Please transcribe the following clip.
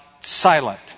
silent